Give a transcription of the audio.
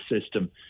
system